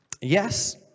Yes